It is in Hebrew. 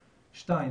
שתיים,